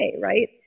right